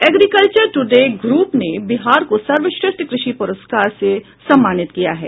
agriculture Today group ने बिहार को सर्वश्रेष्ठ कृषि पुरस्कार से सम्मानित किया है